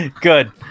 Good